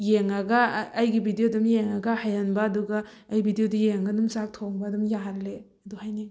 ꯌꯦꯡꯉꯒ ꯑꯩꯒꯤ ꯚꯤꯗꯤꯑꯣ ꯑꯗꯨꯝ ꯌꯦꯡꯉꯒ ꯍꯩꯍꯟꯕ ꯑꯗꯨꯒ ꯑꯩ ꯚꯤꯗꯤꯑꯣꯗꯣ ꯌꯦꯡꯉꯒ ꯑꯗꯨꯝ ꯆꯥꯛ ꯊꯣꯡꯕ ꯑꯗꯨꯝ ꯌꯥꯍꯜꯂꯦ ꯑꯗꯨ ꯍꯥꯏꯅꯤꯡ